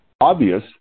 obvious